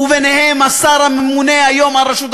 וביניהם השר הממונה היום על רשות השידור,